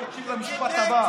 תקשיב למשפט הבא.